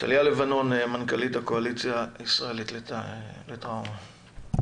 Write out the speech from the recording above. טליה לבנון מנכ"לית הקואליציה הישראלית לטראומה בבקשה.